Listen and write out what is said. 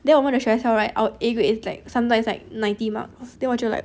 then 我问的学校 our A grade it's like sometimes like ninety marks then 我就 like